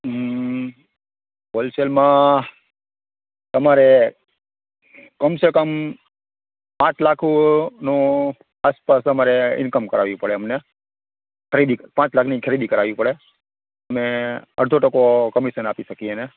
હ હૉલસેલમાં તમારે કમસેકમ પાંચ લાખોનો આસપાસ તમારે ઇન્કમ કરાવી પડે એમને ક્રેડિડ પાંચ લાખની ખરીદી કરાવી પડે તમે અડધો ટકો કમિશન આપી સકીએ એને